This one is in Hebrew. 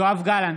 יואב גלנט,